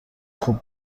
خوب